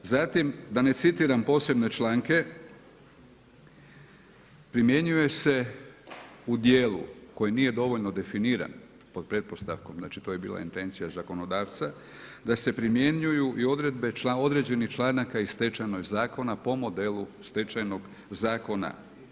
Zatim da ne citiram postojane članke, primjenjuje se u dijelu, koji nije dovoljno definiran, pod pretpostavkom, znači to je bila intencija zakonodavca, da se primjenjuju i određenih članaka iz Stečajnog zakona, po modelu stečenog zakona.